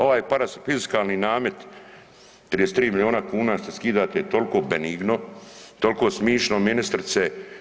Ovaj parafiskalni namet 33 milijuna kuna se skida toliko benigno, toliko smišno ministrice.